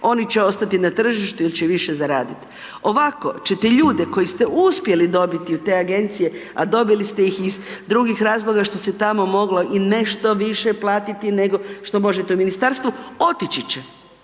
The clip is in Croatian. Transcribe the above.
oni će ostati na tržištu il će više zaraditi. Ovako ćete ljude koje ste uspjeli dobiti u te agencije, a dobili ste ih drugih razloga što se tamo moglo i nešto više platiti nego što možete u ministarstvu, otići će.